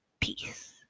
Peace